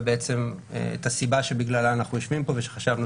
ואת הסיבה שבגללה שאנחנו יושבים פה ושחשבנו